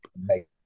make